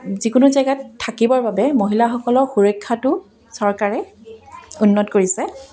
যিকোনো জেগাত থাকিবৰ বাবে মহিলাসকলৰ সুৰক্ষাটো চৰকাৰে উন্নত কৰিছে